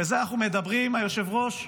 ואנחנו מדברים, היושב-ראש,